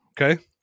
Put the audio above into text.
Okay